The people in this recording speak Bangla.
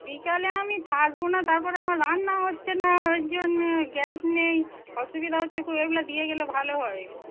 বিকালে আমি থাকব না তারপর আমার রান্না হচ্ছে না ওর জন্যে গ্যাস নেই অসুবিধা হচ্ছে খুব এবেলা দিয়ে গেলে ভালো হয়